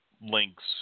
links